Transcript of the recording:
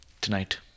tonight